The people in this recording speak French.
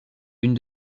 une